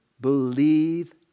Believe